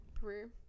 Peru